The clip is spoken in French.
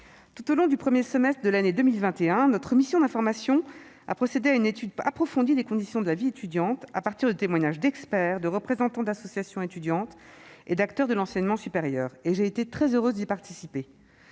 tout au long du premier semestre de l'année 2021, notre mission d'information a procédé à une étude approfondie des conditions de la vie étudiante à partir de témoignages d'experts, de représentants d'associations étudiantes et d'acteurs de l'enseignement supérieur. J'ai été très heureuse d'y participer.